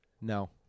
No